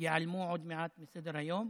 ייעלמו עוד מעט מסדר-היום.